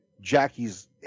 Jackie's